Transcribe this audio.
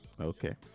Okay